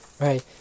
Right